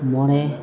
ᱢᱚᱬᱮ